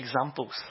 examples